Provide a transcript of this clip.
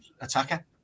attacker